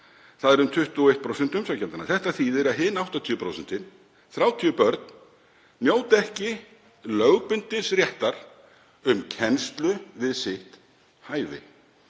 Það eru um 21% umsækjenda: Þetta þýðir að hin 80%, 30 börn, njóta ekki lögbundins réttar um kennslu við sitt hæfi.